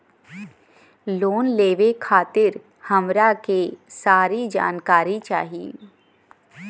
Loan लेवे खातीर हमरा के सारी जानकारी चाही?